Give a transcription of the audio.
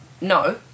no